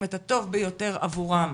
תודה רבה.